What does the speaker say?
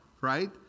right